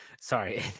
Sorry